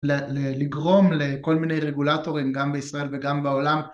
ל... ל, לגרום לכל מיני רגולטורים גם בישראל וגם בעולם